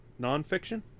nonfiction